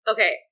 Okay